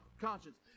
conscience